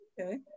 Okay